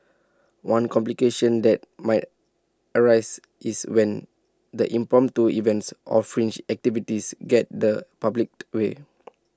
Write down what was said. one complication that might arise is when the impromptu events or fringe activities get the public's way